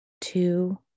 two